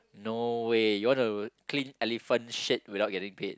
no way you wanna clean elephant shit without getting paid